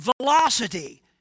Velocity